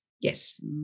Yes